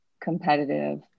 competitive